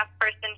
person